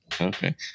Okay